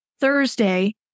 Thursday